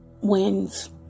wins